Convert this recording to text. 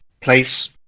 place